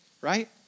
Right